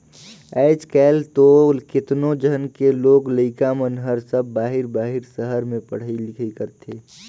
आयज कायल तो केतनो झन के लोग लइका मन हर सब बाहिर बाहिर सहर में पढ़ई लिखई करथे